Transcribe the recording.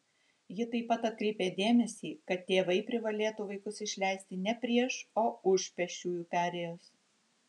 ji taip pat atkreipė dėmesį kad tėvai privalėtų vaikus išleisti ne prieš o už pėsčiųjų perėjos